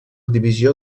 divisió